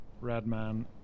Redman